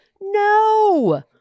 No